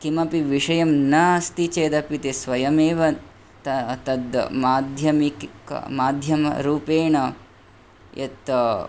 किमपि विषयं न अस्ति चेदपि ते स्वयमेव तत् माध्यमिक माध्यमरूपेण यत्